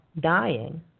dying